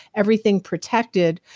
everything protected.